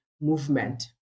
movement